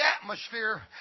atmosphere